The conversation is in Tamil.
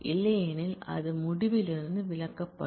இல்லையெனில் அது முடிவிலிருந்து விலக்கப்படும்